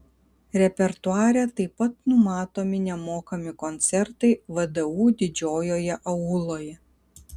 repertuare taip pat numatomi nemokami koncertai vdu didžiojoje auloje